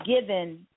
given